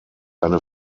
eine